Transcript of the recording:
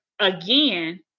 again